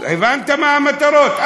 הבנת מה המטרות?